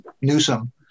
Newsom